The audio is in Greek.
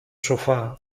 σοφά